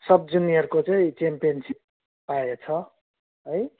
सब जुनियरको चाहिँ च्याम्पियनसिप पाएछ है